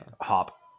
Hop